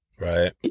right